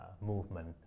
movement